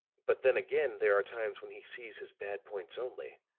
but then again there are times when he sees his bad points only,